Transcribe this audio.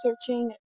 searching